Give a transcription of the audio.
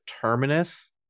terminus